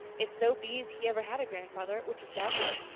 if so be's he ever had a grandfather, which is doubtful.